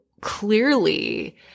clearly